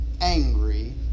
Angry